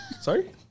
sorry